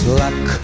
luck